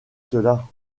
cela